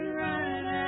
running